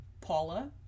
Paula